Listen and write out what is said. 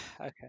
Okay